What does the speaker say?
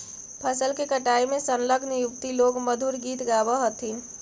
फसल के कटाई में संलग्न युवति लोग मधुर गीत गावऽ हथिन